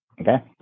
Okay